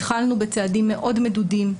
התחלנו בצעדים מאוד מדודים,